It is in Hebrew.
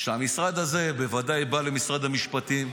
שהמשרד הזה, בוודאי בא למשרד המשפטים,